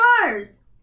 cars